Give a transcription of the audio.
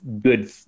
good